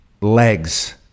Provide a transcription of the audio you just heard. legs